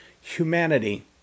Humanity